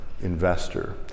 investor